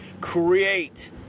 create